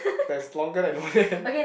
that's longer than one hand